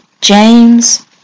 James